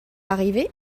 arrivée